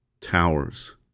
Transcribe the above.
towers